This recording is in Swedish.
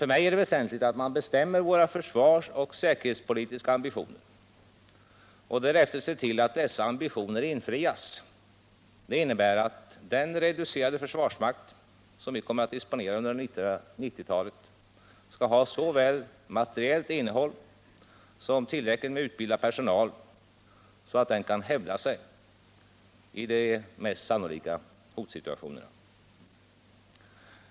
För mig är det väsentligt att man fastställer våra försvarsoch säkerhetspolitiska ambitioner och därefter ser till att dessa ambitioner förverkligas. Det innebär att den reducerade försvarsmakt som vi kommer att disponera under 1990-talet skall ha såväl materiellt innehåll som tillräckligt utbildad personal, så att den kan hävda sig i de mest sannolika hotsituationerna.